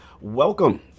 welcome